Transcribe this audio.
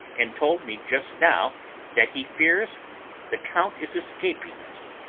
and told me just now that he fears the count is escaping us.